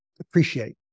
appreciate